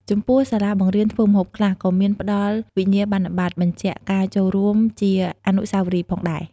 ចំពោះសាលាបង្រៀនធ្វើម្ហូបខ្លះ ក៏មានផ្ដល់វិញ្ញាបនបត្របញ្ជាក់ការចូលរួមជាអនុស្សាវរីយ៍ផងដែរ ។